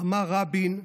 אמר רבין: